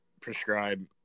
prescribe